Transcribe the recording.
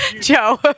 Joe